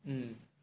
mm